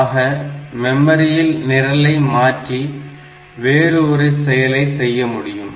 ஆக மெமரியில் நிரலை மாற்றி வேறு ஒரு செயலை செய்ய முடியும்